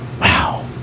Wow